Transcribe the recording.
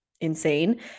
insane